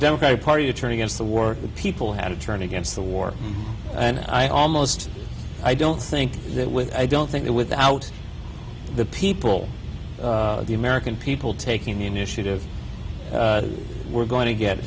the democratic party to turn against the war and people had to turn against the war and i almost i don't think that with i don't think that without the people the american people taking the initiative we're going to get